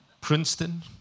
Princeton